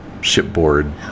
shipboard